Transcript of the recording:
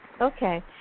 Okay